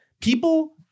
People